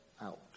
out